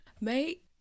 mate